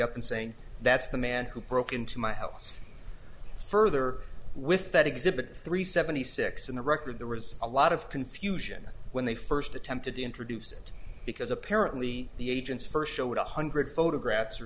up and saying that's the man who broke into my house further with that exhibit three seventy six in the record there was a lot of confusion when they first attempted to introduce it because apparently the agents first showed a hundred photographs or